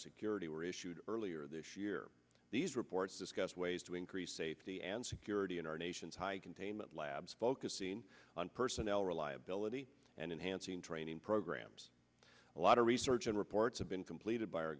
biosecurity were issued earlier this year these reports discussed ways to increase safety and security in our nation's high containment labs focusing on purse n l reliability and enhanced in training programs a lot of research and reports have been completed by our